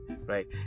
right